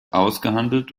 ausgehandelt